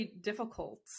difficult